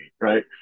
right